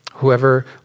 whoever